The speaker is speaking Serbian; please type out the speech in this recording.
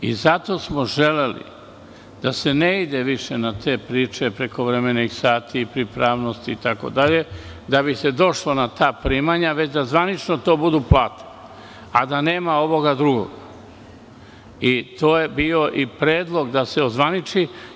I zato smo želeli da se ne ide više na te priče preko prekovremenih sati, pripravnosti itd. da bi se došlo na ta primanja, već da zvanično to budu plate, a da nema ovog drugog, i to je bio i predlog da se ozvaniči.